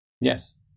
Yes